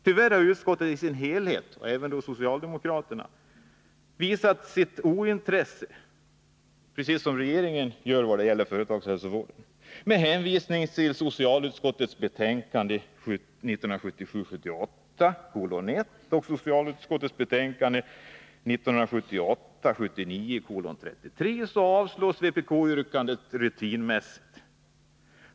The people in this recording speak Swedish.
Tyvärr har utskottet i dess helhet — och då även socialdemokraterna — visat sitt ointresse när det gäller företagshälsovård, precis som regeringen gör. Med hänvisning till socialutskottets betänkande 1977 79:33 har vpk-yrkandet rutinmässigt avstyrkts.